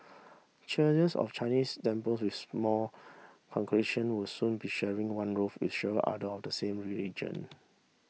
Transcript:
churches of Chinese temples with small congregation would soon be sharing one roof with several other of the same religion